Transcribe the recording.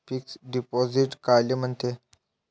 Fix deposit कायले म्हनते?